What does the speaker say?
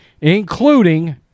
including